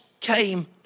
came